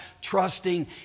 trusting